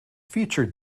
featured